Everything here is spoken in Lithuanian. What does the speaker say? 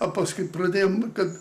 o paskui pradėjom kad